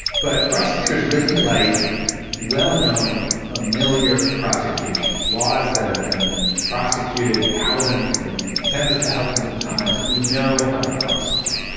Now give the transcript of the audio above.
but prosecutors really like well-known, familiar prosecutions laws that have been prosecuted thousands, maybe tens of thousands of times that we know how to prosecute.